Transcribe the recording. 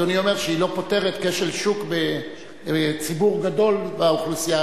אדוני אומר שהיא לא פותרת כשל שוק בציבור גדול באוכלוסייה.